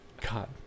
God